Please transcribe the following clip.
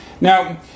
Now